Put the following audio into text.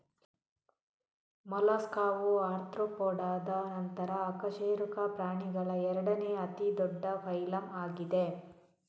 ಮೊಲಸ್ಕಾವು ಆರ್ತ್ರೋಪೋಡಾದ ನಂತರ ಅಕಶೇರುಕ ಪ್ರಾಣಿಗಳ ಎರಡನೇ ಅತಿ ದೊಡ್ಡ ಫೈಲಮ್ ಆಗಿದೆ